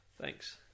thanks